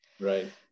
right